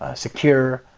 ah secure,